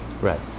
Right